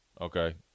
okay